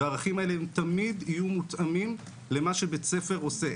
והערכים האלה תמיד יהיו מותאמים למה שבית הספר עושה.